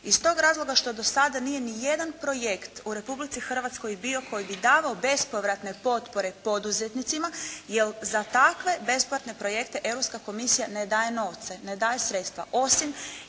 Iz tog razloga što do sada nije niti jedan projekt u Republici Hrvatskoj bio koji bi davao bespovratne potpore poduzetnicima jer za takve besplatne projekte Europska komisija ne daje novce, ne daje sredstva,